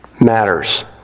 matters